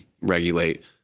regulate